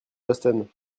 boston